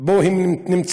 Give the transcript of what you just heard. שבו הם נמצאים.